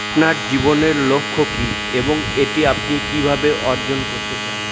আপনার জীবনের লক্ষ্য কী এবং এটি আপনি কীভাবে অর্জন করতে চান